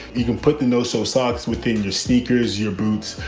you can put the notes, so socks within your sneakers, your boots,